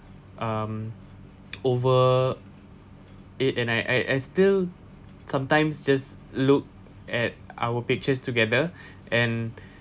um over it and I I I still sometimes just look at our pictures together and